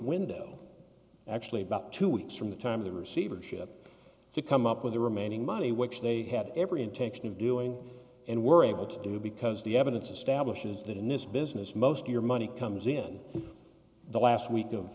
window actually about two weeks from the time of the receivership to come up with the remaining money which they had every intention of doing and were able to do because the evidence establishes that in this business most your money comes in the last week of